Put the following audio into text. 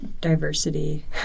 diversity